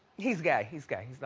he's gay, he's gay, he's not,